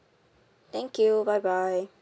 thank you bye bye